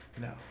No